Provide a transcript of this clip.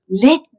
Let